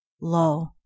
lo